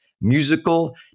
musical